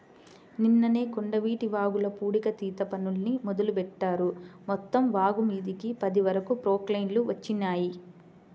నిన్ననే కొండవీటి వాగుల పూడికతీత పనుల్ని మొదలుబెట్టారు, మొత్తం వాగుమీదకి పది వరకు ప్రొక్లైన్లు వచ్చినియ్యి